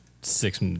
six